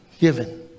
given